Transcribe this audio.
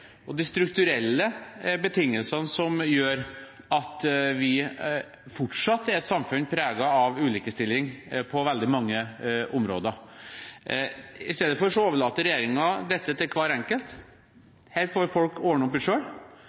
fortsatt er et samfunn preget av ulikestilling på veldig mange områder. I stedet overlater regjeringen dette til hver enkelt – dette får folk ordne opp i